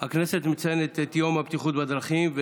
הכנסת מציינת את יום הבטיחות בדרכים,